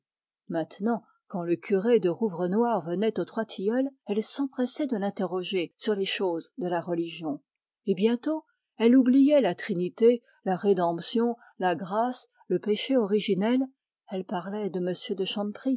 maintenant quand le curé de rouvrenoir venait aux trois tilleuls elle s'empressait de l'interroger sur les choses de la religion et bientôt elle oubliait la trinité la rédemption la grâce le péché originel elle parlait de